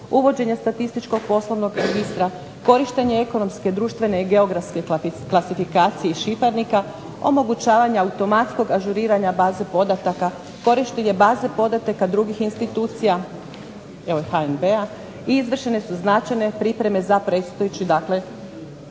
uvođenja statističkog poslovnog registra, korištenje ekonomske, društvene i geografske klasifikacije i šifrarnika, omogućavanja automatskog ažuriranja baze podataka, korištenje baze podataka drugih institucija evo HNB-a i izvršene su značajne pripreme za predstojeći, dakle